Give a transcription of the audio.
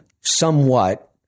somewhat